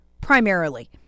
primarily